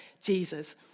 Jesus